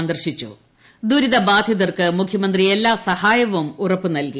സന്ദർശിച്ചു ദുരിത ബാധിതർക്ക് മുഖ്യമന്ത്രി എല്ലാ സഹായവും ഉറപ്പ് നൽകി